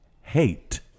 hate